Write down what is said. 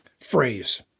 phrase